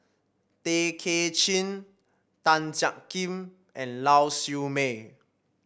Tay Kay Chin Tan Jiak Kim and Lau Siew Mei